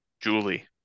Julie